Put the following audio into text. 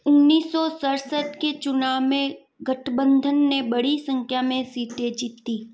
उन्नीस सौ सरसठ के चुनाव में गठबंधन ने बड़ी संख्या में सीटें जीतीं